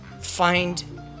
find